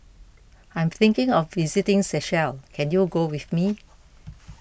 I am thinking of visiting Seychelles can you go with me